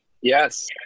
Yes